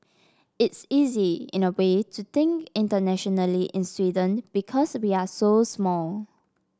it's easy in a way to think internationally in Sweden because we're so small